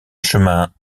chemin